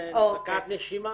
את יכולה רגע לקחת נשימה?